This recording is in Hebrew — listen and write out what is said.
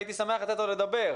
הייתי שמח לתת לו לדבר.